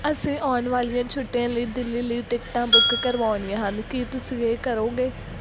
ਅਸੀਂ ਆਉਣ ਵਾਲੀਆਂ ਛੁੱਟੀਆਂ ਲਈ ਦਿੱਲੀ ਲਈ ਟਿਕਟਾਂ ਬੁੱਕ ਕਰਵਾਉਣੀਆਂ ਹਨ ਕੀ ਤੁਸੀਂ ਇਹ ਕਰੋਗੇ